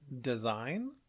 design